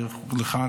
ולך,